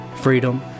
freedom